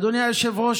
אדוני היושב-ראש,